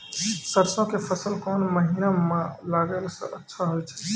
सरसों के फसल कोन महिना म लगैला सऽ अच्छा होय छै?